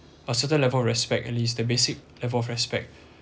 a certain level of respect at least the basic level of respect